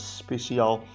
speciaal